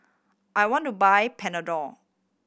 I want to buy Panadol